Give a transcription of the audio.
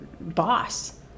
boss